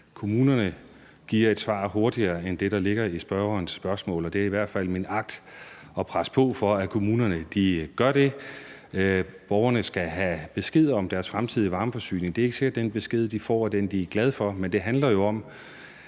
kommunerne giver et hurtigere svar end det, der ligger i spørgerens spørgsmål. Det er i hvert fald min agt at presse på for, at kommunerne gør det. Borgerne skal have besked om deres fremtidige varmeforsyning – det er ikke sikkert, at den besked, de får, er en, de er glade for, men det handler jo om,